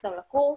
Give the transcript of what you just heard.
אותם לקורס.